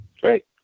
Great